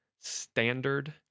Standard